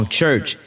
church